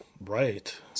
Right